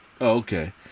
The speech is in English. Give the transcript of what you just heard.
okay